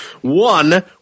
One